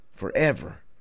forever